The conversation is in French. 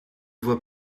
vois